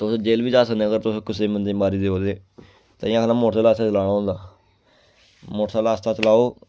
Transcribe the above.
तुस जे'ल बी जाई सकने अगर तुस कुसै बंदे मारी देई ओड़ ते ताईं आखना मोटरसैकल आस्ता चलाना होंदा मोटरसैकल आस्ता आस्ता चलाओ